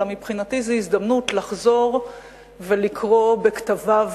אלא מבחינתי זו הזדמנות לחזור ולקרוא בכתביו,